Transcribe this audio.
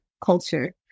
culture